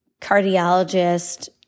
cardiologist